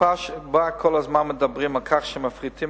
בתקופה שבה כל הזמן מדברים על כך שמפריטים